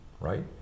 right